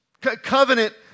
Covenant